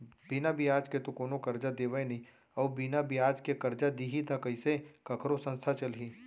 बिना बियाज के तो कोनो करजा देवय नइ अउ बिना बियाज के करजा दिही त कइसे कखरो संस्था चलही